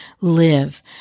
live